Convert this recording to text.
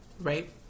Right